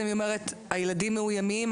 היא אומרת שהילדים מאוימים,